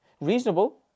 Reasonable